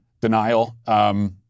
denial